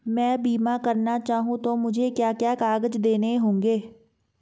मैं बीमा करना चाहूं तो मुझे क्या क्या कागज़ देने होंगे?